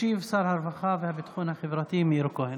ישיב שר הרווחה והביטחון החברתי מאיר כהן.